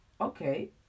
okay